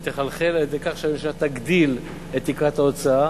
היא תחלחל על-ידי כך שהממשלה תגדיל את תקרת ההוצאה,